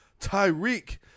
Tyreek